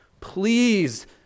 Please